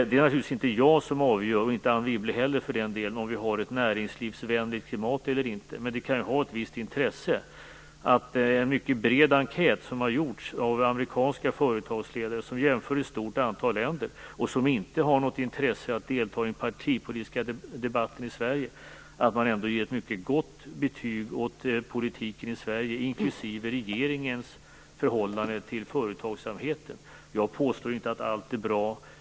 Det är naturligtvis inte jag som avgör, och inte Anne Wibble heller, om vi har ett näringslivsvänligt klimat eller inte. Men det kan ju ha ett visst intresse att en mycket bred enkät som har gjorts av amerikanska företagsledare - som inte har något intresse att delta i den partipolitiska debatten i Sverige - som jämfört ett stort antal länder ger ett mycket gott betyg åt politiken i Sverige, inklusive regeringens förhållande till företagsamheten. Jag påstår inte att allt är bra.